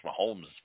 Mahomes